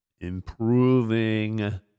improving